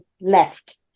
left